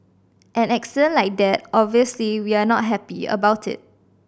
an incident like that obviously we are not happy about it